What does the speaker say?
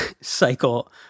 cycle